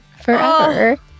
forever